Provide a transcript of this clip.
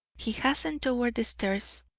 he hastened toward the stairs.